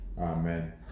Amen